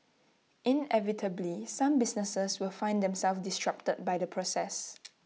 inevitably some businesses will find themselves disrupted by the process